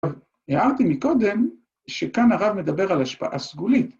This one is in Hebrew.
טוב, הערתי מקודם שכאן הרב מדבר על השפעה סגולית.